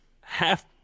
half